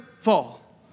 fall